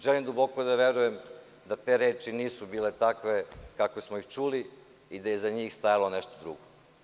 Želim duboko da verujem da te reči nisu bile takve kakve smo ih čuli i da je iza njih stajalo nešto drugo.